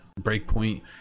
Breakpoint